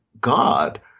God